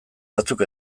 batzuk